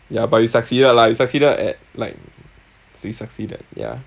ya but you succeeded lah you succeeded at like s~ succeeded yeah